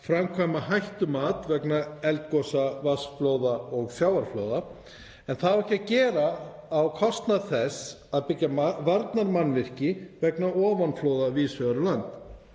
framkvæma hættumat vegna eldgosa, vatnsflóða og sjávarflóða en það á ekki að gera á kostnað þess að byggja varnarmannvirki vegna ofanflóða víðs vegar